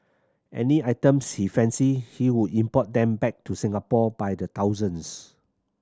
any item she fancied he would import them back to Singapore by the thousands